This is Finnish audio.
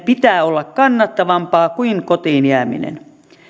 pitää olla kannattavampaa kuin kotiin jäämisen